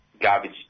garbage